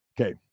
Okay